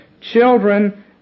Children